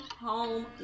home